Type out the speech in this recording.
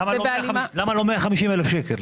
למה לא 150,000 ₪?